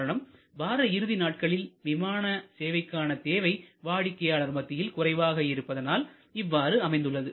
காரணம் வார இறுதி நாட்களில் விமான சேவைக்கான தேவை வாடிக்கையாளர் மத்தியில் குறைவாக இருப்பதனால் இவ்வாறு அமைந்துள்ளது